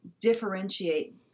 differentiate